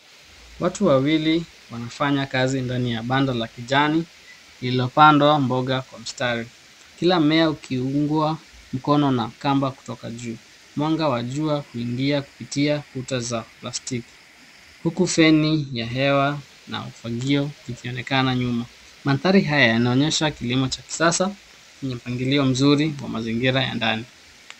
Watu wawili wanafanya kazi ndani ya banda la kijani lililopandwa mboga kwa mstari. Kila mmea ukiungwa mkono na kamba kutoka juu. Mwanga wa jua kuingia kupitia kuta za plastiki huku feni ya hewa na ufagio zikionekana nyuma. Mandhari haya yanaonyesha kilimo cha kisasa yenye mpangilio mzuri wa mazingira ya ndani.